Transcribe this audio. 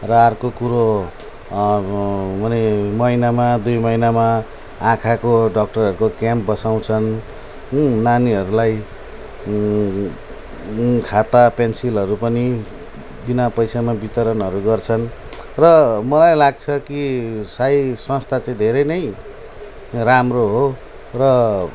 र अर्को कुरो माने महिनामा दुई महिनामा आँखाको डाक्टरहरूको क्याम्प बसाउँछन् नानीहरूलाई खाता पेन्सिलहरू पनि बिना पैसामा बितरणहरू गर्छन् र मलाई लाग्छ कि साई संस्था चाहिँ धेरै नै राम्रो हो र